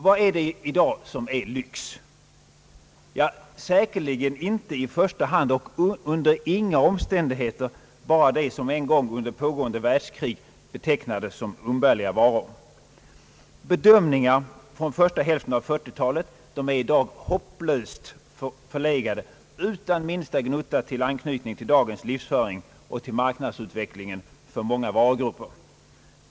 Vad är det som i dag är lyx? Säkerligen inte i första hand och under inga omständigheter bara det som under andra världskriget betecknades som umbärliga varor. Bedömningar från första hälften av 1940-talet är i dag hopplöst förlegade, utan tillstymmelse av anknytning till dagens livsföring och marknadsutvecklingen. för många varugrupper.